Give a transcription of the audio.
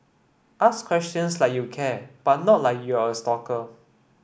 ask questions like you care but not like you're a stalker